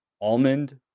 almond